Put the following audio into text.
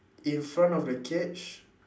in front of the cage